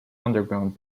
underground